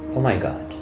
oh my god